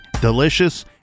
delicious